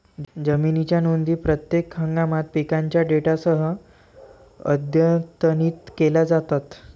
जमिनीच्या नोंदी प्रत्येक हंगामात पिकांच्या डेटासह अद्यतनित केल्या जातात